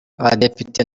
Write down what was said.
abadepite